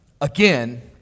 again